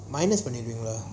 minus everything